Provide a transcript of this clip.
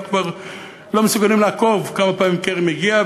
אנחנו כבר לא מסוגלים לעקוב כמה פעמים קרי מגיע,